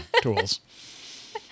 tools